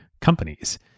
companies